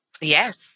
Yes